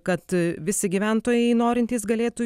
kad visi gyventojai norintys galėtų